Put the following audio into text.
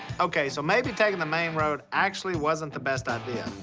okay so maybe taking the main road actually wasn't the best idea.